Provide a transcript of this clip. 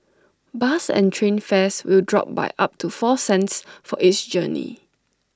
bus and train fares will drop by up to four cents for each journey